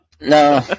No